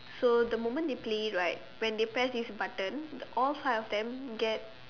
so the moment they play it right when they press this button all five of them get